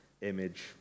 image